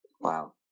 Wow